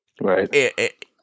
Right